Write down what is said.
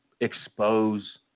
expose